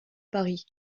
paris